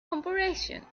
corporation